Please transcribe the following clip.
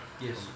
Yes